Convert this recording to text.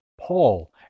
Paul